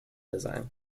design